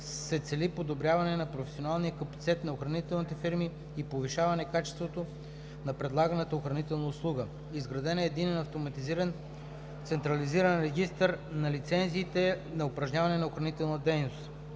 се цели подобряване на професионалния капацитет на охранителните фирми и повишаване качеството на предлаганата охранителна услуга. Изграден е Единен автоматизиран централизиран регистър на лицензите на упражняващите охранителна дейност.